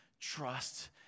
Trust